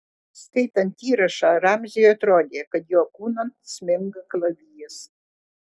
skaitant įrašą ramziui atrodė kad jo kūnan sminga kalavijas